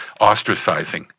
ostracizing